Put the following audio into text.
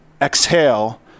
exhale